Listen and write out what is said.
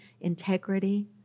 integrity